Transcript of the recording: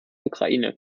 ukraine